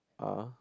uh